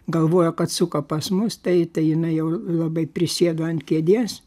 galvojo kad suka pas mus tai tai jinai jau labai prisėdo ant kėdės